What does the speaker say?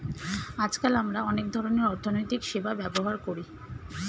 আজকাল আমরা অনেক ধরনের অর্থনৈতিক সেবা ব্যবহার করি